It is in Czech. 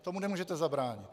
Tomu nemůžete zabránit.